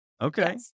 okay